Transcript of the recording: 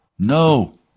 No